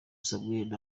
samuel